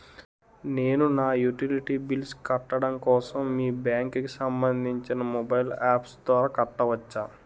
నేను నా utility bills కట్టడం కోసం మీ బ్యాంక్ కి సంబందించిన మొబైల్ అప్స్ ద్వారా కట్టవచ్చా?